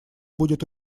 будет